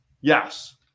Yes